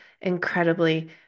incredibly